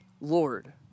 Lord